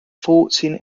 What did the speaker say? fourteen